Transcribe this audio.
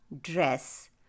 dress